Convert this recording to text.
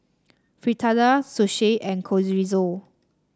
Fritada Sushi and Chorizo